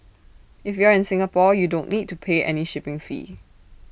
if you are in Singapore you don't need to pay any shipping fee